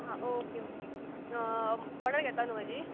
हा okay okay order घेता न्हू म्हाजी